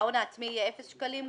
ההון העצמי יהיה אפס שקלים".